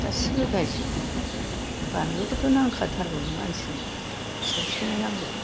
गासिबो गाइजोबो बानलुखौथ' नांखाथारगौ मानसिनो सबसमाय नांगौ